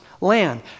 land